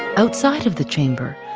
outside of the chamber,